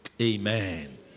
Amen